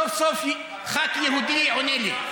סוף-סוף ח"כ יהודי עונה לי.